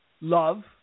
love